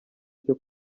cyo